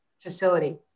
facility